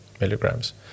milligrams